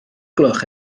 gloch